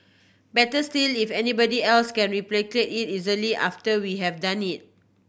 better still if anybody else can replicate it easily after we have done it